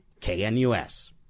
KNUS